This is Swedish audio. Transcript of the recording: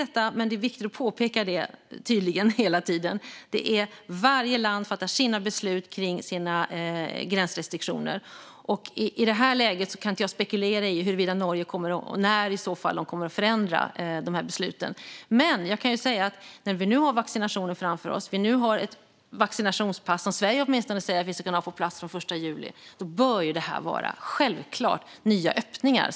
Det är viktigt att komma ihåg att varje land fattar beslut om sina gränsrestriktioner, och jag vill inte spekulera i om och när Norge kommer att förändra sina restriktioner. Men med vaccinationer och vaccinationspass, som åtminstone Sverige ska kunna på plats från den 1 juli, borde det självklart bli nya öppningar.